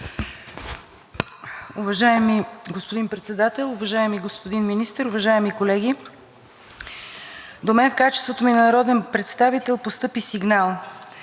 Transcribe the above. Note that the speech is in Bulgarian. Уважаеми господин Председател, уважаеми господин Министър, уважаеми колеги! До мен, в качеството ми на народен представител, постъпи сигнал